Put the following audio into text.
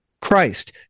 Christ